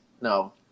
no